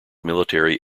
military